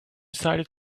decided